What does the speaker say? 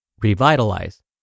Revitalize